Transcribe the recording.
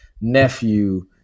nephew